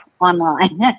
online